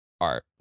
art